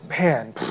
man